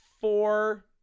four